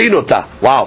Wow